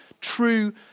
true